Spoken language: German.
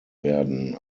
werden